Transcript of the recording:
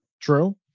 True